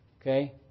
Okay